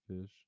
fish